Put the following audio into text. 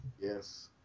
Yes